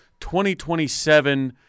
2027